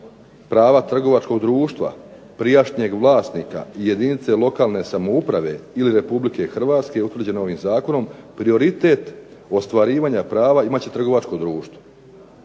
prava trgovačkog društva prijašnjeg vlasnika i jedinice lokalne samouprave ili Republike Hrvatske utvrđeno ovim zakonom prioritet ostvarivanja prava imat će trgovačko društvo.